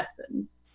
lessons